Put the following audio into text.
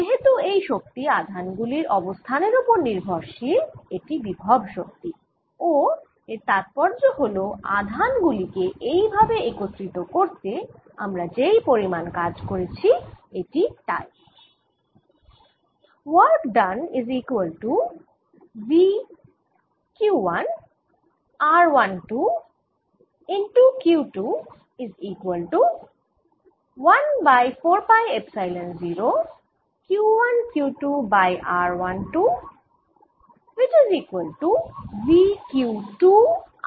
যেহেতু এই শক্তি আধান গুলির অবস্থানের ওপর নির্ভরশীল এটি বিভব শক্তি ও এর তাৎপর্য হল আধান গুলি কে এই ভাবে একত্রিত করতে আমরা যেই পরিমাণ কাজ করেছি এটি তাই